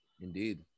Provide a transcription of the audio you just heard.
Indeed